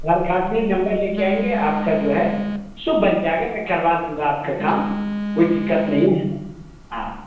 भी नम्बर ले कर आएँगे आपका जो है सो बन जाएगा मैं करवा दूँगा आपका काम कोई दिक्कत नहीं है हाँ